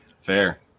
Fair